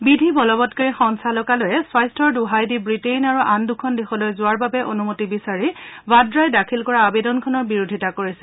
বিধি বলবৎকাৰী সঞ্চালকালয়ে স্বাস্থৰ দোহাই দি ৱিটেইন আৰু আন দুখন দেশলৈ যোৱাৰ বাবে অনুমতি বিচাৰি ভাদ্ৰাই দাখিল কৰা আবেদনখনৰ বিৰোধিতা কৰিছে